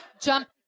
jump